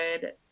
good